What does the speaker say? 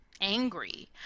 angry